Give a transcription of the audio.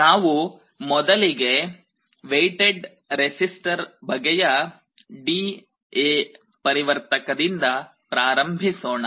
ನಾವು ಮೊದಲಿಗೆ weighted resistor ಬಗೆಯ ಡಿಎ ಪರಿವರ್ತಕದಿಂದDA converter ಪ್ರಾರಂಭಿಸೋಣ